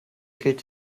gilt